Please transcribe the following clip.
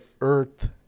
earth